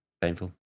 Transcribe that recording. painful